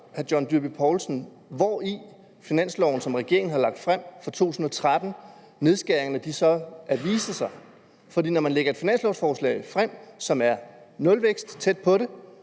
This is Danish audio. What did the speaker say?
hvor i finansloven, som regeringen har lagt frem for 2013, nedskæringerne så viser sig. For når man lægger et finanslovforslag frem, som er tæt på at